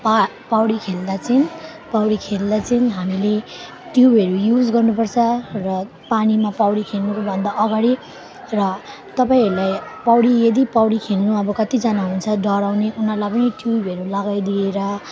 पा पौडी खेल्दा चाहिँ पौडी खेल्दा चाहिँ हामीले ट्युबहरू युज गर्नुपर्छ र पानीमा पौडी खेल्नुभन्दा अगाडि र तपाईँहरूलाई पौडी यदि पौडी खेल्नु अब कतिजना हुन्छ डराउने उनीहरूलाई पनि ट्युबहरू लगाइदिएर